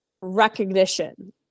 recognition